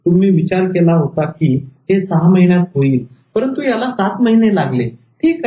तुम्ही विचार केला होता की हे सहा महिन्यात होईल परंतु याला सात महिने लागले ठीक आहे